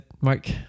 Mark